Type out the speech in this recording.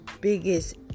biggest